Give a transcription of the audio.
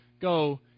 go